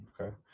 Okay